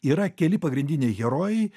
yra keli pagrindiniai herojai